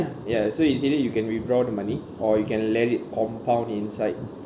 ya so actually you can withdraw the money or you can let it compound inside